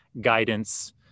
guidance